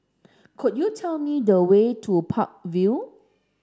could you tell me the way to Park Vale